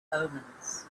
omens